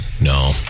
no